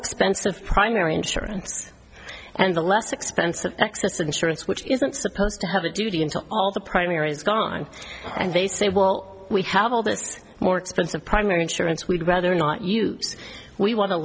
expensive primary insurance and the less expensive excess insurance which isn't supposed to have a duty until all the primary is gone and they say well we have all this more expensive primary insurance we'd rather not use we want to